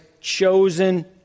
chosen